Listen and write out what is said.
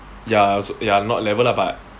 ya ya not level lah but